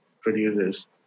producers